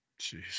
Jeez